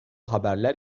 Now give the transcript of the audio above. haberler